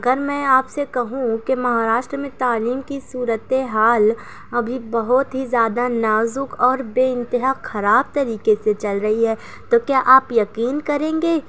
اگر میں آپ سے کہوں کہ مہاراشٹر میں تعلیم کی صورتحال ابھی بہت ہی زیادہ نازک اور بے انتہا خراب طریقہ سے چل رہی ہے تو کیا آپ یقین کریں گے